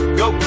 go